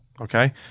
okay